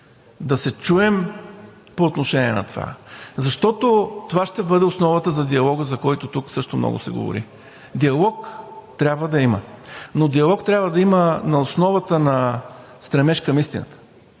да се чуем по отношение на това. Защото това ще бъде основата за диалога, за който тук също много се говори. Диалог трябва да има. Но диалог трябва да има на основата на стремеж към истината